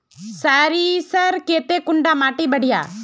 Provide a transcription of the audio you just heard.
सरीसर केते कुंडा माटी बढ़िया?